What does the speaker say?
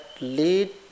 lead